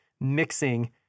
mixing